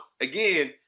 Again